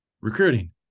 recruiting